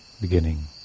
beginning